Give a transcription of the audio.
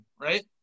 right